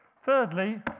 Thirdly